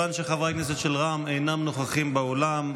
מכיוון שחברי הכנסת של רע"מ אינם נוכחים באולם,